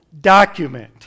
document